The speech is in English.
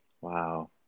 Wow